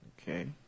Okay